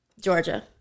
Georgia